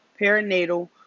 perinatal